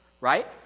right